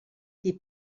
des